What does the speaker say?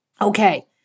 Okay